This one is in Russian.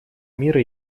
мира